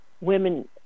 women